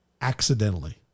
accidentally